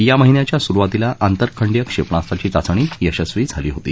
या महिन्याच्या सुरुवातीला आंतर खंडीय क्षेपणास्त्राची चाचणी यशस्वी झाली होती